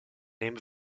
name